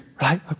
right